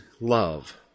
love